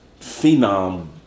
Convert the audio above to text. phenom